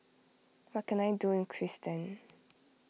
what can I do in Kyrgyzstan